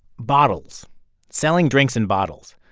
bottles selling drinks in bottles.